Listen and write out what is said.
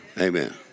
Amen